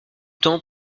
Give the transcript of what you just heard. temps